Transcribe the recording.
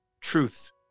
Truths